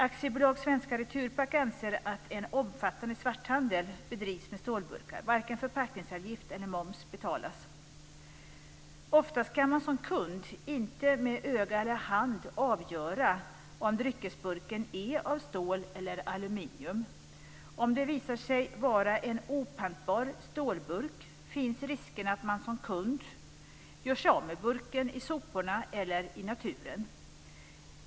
AB Oftast kan man som kund inte med öga eller hand avgöra om dryckesburken är av stål eller aluminium. Om det visar sig vara en opantbar stålburk, finns risken att man som kund gör sig av med burken i soporna eller i naturen.